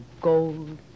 gold